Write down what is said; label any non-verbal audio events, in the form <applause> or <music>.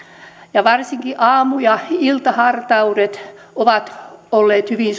varsinkin aamu ja iltahartaudet ovat olleet hyvin <unintelligible>